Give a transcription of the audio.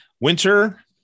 winter